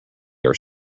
are